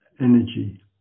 energy